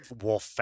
Wolf